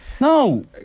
No